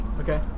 okay